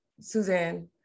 Suzanne